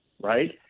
right